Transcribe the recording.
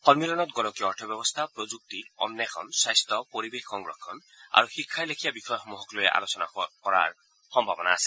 সমিলনত গোলকীয় অৰ্থ ব্যৱস্থা প্ৰযুক্তি অম্নেষণ স্বাস্থ্য পৰিবেশ সংৰক্ষণ আৰু শিক্ষাৰ লেখীয়া বিষয়সমূহৰ আলোচনা কৰাৰ সম্ভাৱনা আছে